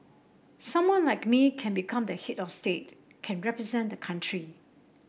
someone like me can become the head of state can represent the country